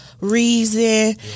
Reason